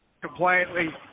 compliantly